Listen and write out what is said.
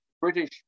British